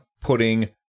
putting